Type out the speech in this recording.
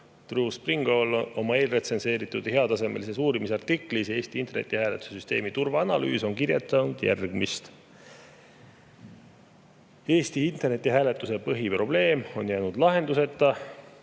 Drew Springall eelretsenseeritud heatasemelises uurimisartiklis "Eesti internetihääletuse süsteemi turvaanalüüs" on kirjutanud, et Eesti internetihääletuse põhiprobleem on jäänud lahenduseta,